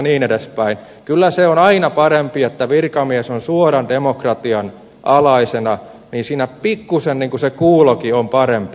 niin kyllä se on aina parempi että virkamies on suoran demokratian alaisena jolloin siinä pikkuisen se kuulokin on parempi